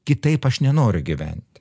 kitaip aš nenoriu gyvent